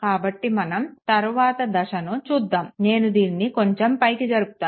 కాబట్టి మనం తరువాత దశను చూద్దాము నేను దీనిని కొంచెం పైకి జరుపుతాను